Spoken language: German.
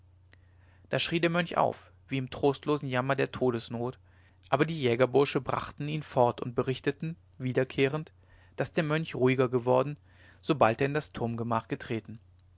da schrie der mönch auf wie im trostlosen jammer der todesnot aber die jägerbursche brachten ihn fort und berichteten wiederkehrend daß der mönch ruhiger geworden sobald er in das turmgemach getreten